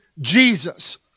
Jesus